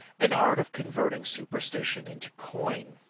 an art of converting superstition into coin.